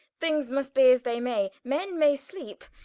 things must be as they may men may sleepe,